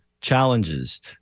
challenges